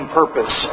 purpose